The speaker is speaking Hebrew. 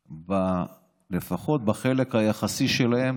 לפחות בחלק היחסי שלהם,